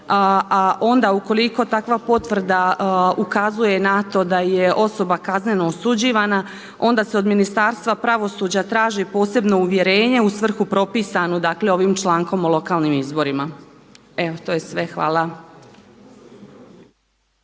a onda ukoliko takva potvrda ukazuje na to da je osoba kazneno osuđivana onda se od Ministarstva pravosuđa traži posebno uvjerenje u svrhu propisanu, dakle ovim člankom o lokalnim izborima. Evo to je sve. Hvala.